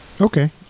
Okay